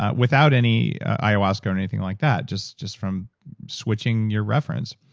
ah without any ayahuasca or anything like that, just just from switching your reference.